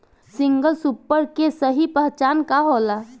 Single super के सही पहचान का होला?